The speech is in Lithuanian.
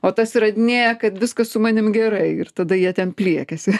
o tas įrodinėja kad viskas su manim gerai ir tada jie ten pliekiasi